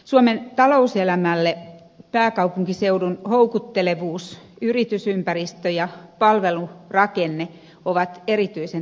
suomen talouselämälle pääkaupunkiseudun houkuttelevuus yritysympäristö ja palvelurakenne ovat erityisen tärkeitä